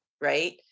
right